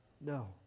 No